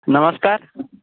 नमस्कार